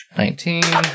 nineteen